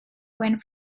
went